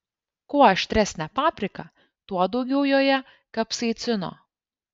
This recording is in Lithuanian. kuo aštresnė paprika tuo daugiau joje kapsaicino